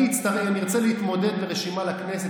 אם אני ארצה להתמודד לרשימה בכנסת,